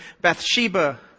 Bathsheba